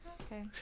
Okay